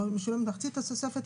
או משולמת מחצית התוספת,